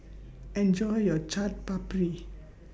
Enjoy your Chaat Papri